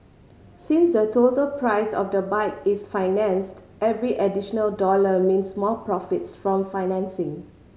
since the total price of the bike is financed every additional dollar means more profits from financing